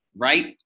right